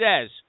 says